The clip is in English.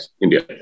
India